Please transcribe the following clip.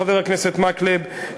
חבר הכנסת מקלב,